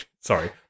sorry